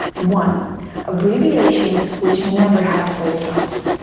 one abbreviations which never have full stops,